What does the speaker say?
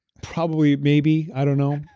probably, maybe, i don't know.